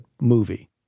movie